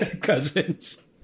cousins